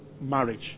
marriage